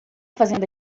fazendo